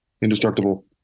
indestructible